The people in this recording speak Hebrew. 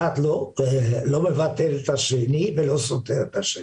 אחד לא מבטל את השני ולא סותר את השני.